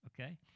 okay